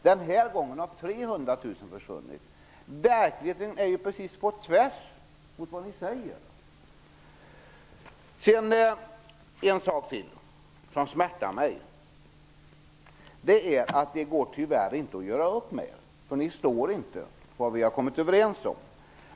Denna gång har 300 000 jobb försvunnit. Verkligheten går precis på tvärs med vad ni säger! En annan sak som smärtar mig är att det tyvärr inte går att göra upp med er, eftersom ni inte står vid vad vi har kommit överens om.